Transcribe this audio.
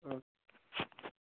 okay